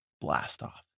blast-off